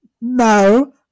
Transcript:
no